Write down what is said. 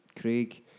Craig